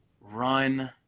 run